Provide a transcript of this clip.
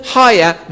higher